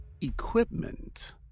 equipment